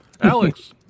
Alex